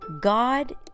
God